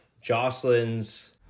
Jocelyn's